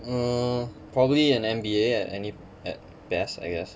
mm probably an M_B_A at any at best I guess